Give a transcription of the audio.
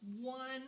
one